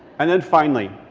and then finally,